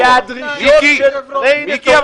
אין ספק שהדרישות --- מיקי,